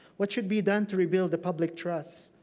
what should be done to rebuild the public trust?